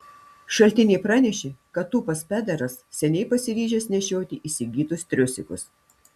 šaltiniai pranešė kad tūpas pederas seniai pasiryžęs nešioti įsigytus triusikus